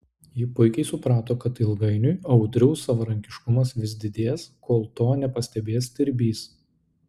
ji puikiai suprato kad ilgainiui audriaus savarankiškumas vis didės kol to nepastebės stirbys